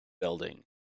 building